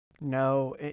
No